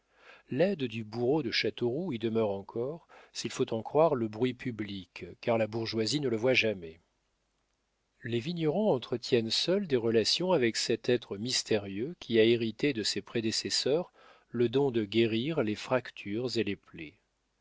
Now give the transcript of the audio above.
l'aide du bourreau de châteauroux y demeure encore s'il faut en croire le bruit public car la bourgeoisie ne le voit jamais les vignerons entretiennent seuls des relations avec cet être mystérieux qui a hérité de ses prédécesseurs le don de guérir les fractures et les plaies